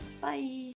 Bye